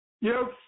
Yes